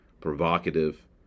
provocative